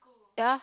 ya